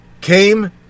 came